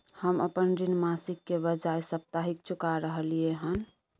हम अपन ऋण मासिक के बजाय साप्ताहिक चुका रहलियै हन